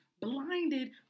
blinded